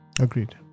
Agreed